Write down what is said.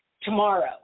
tomorrow